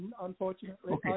unfortunately